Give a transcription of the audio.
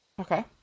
okay